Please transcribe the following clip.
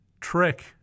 trick